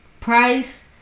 price